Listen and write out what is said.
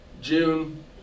June